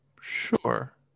sure